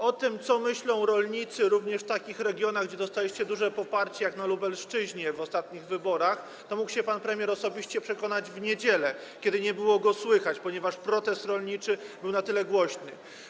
O tym, co myślą rolnicy również w takich regionach, gdzie dostaliście duże poparcie, jak na Lubelszczyźnie w ostatnich wyborach, to mógł się pan premier osobiście przekonać w niedzielę, kiedy nie było go słychać, ponieważ protest rolniczy był na tyle głośny.